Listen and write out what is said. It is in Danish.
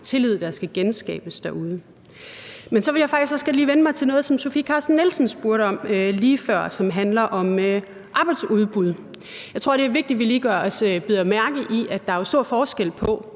noget tillid, der skal genskabes derude. Men så vil jeg faktisk også godt lige vende mig til noget, som fru Sofie Carsten Nielsen spurgte om lige før, og som handler om arbejdsudbud. Jeg tror, det er vigtigt, at vi lige bider mærke i, at der jo er stor forskel på